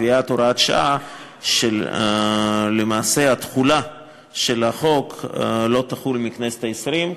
קביעת הוראת שעה כך שתחולת החוק למעשה לא תהיה מהכנסת העשרים,